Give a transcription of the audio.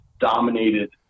dominated